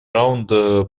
раунда